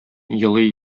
елый